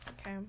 okay